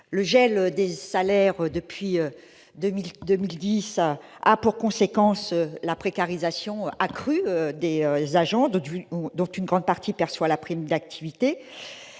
Le gel des salaires depuis 2010 entraîne une précarisation accrue de ces agents, dont une grande partie perçoit la prime d'activité.